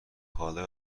حالا